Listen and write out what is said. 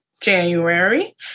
January